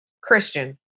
Christian